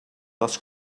les